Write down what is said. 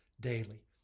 Daily